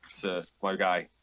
it's ah my guy